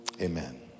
amen